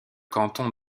canton